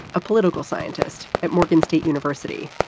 a political scientist at morgan state university.